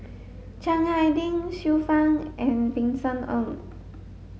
Chiang Hai Ding Xiu Fang and Vincent Ng